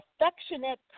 affectionate